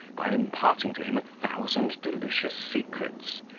by imparting to him a thousand delicious secrets,